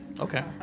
okay